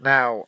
Now